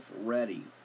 ready